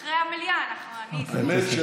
אה, אחרי המליאה אנחנו, אני אעשה ממשלה.